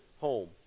home